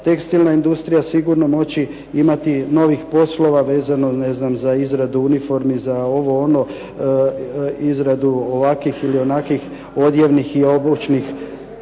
tekstilna industrija sigurno moći imati novih poslova, vezano za izradu uniformu, za ovo ono, izradu ovakvih ili onakvih odjevnih i obućnih